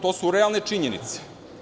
To su realne činjenice.